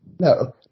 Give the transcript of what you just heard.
No